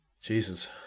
Jesus